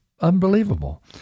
unbelievable